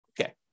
Okay